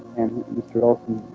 and mr olsen,